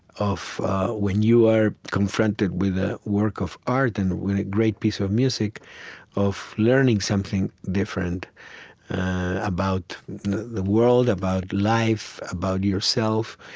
of when you are confronted with a work of art and with a great piece of music of learning something different about the world, about life, about yourself.